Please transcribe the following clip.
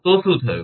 તો શું થયુ